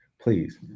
Please